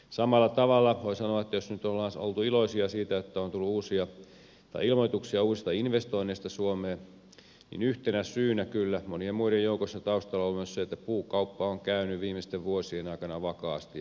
samalla tavalla voi sanoa että jos nyt oltaisiin oltu iloisia siitä että on tullut ilmoituksia uusista investoinneista suomeen niin yhtenä syynä kyllä monien muiden joukossa taustalla on ollut myös se että puukauppa on käynyt viimeisten vuosien aikana vakaasti ja hyvin